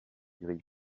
grille